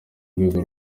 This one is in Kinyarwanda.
rwego